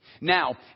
Now